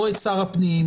או את שר הפנים,